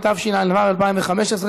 התשע"ו 2015,